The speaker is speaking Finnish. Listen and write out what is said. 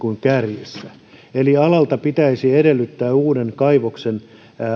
kärjessä eli alalta pitäisi edellyttää uuden kaivoksen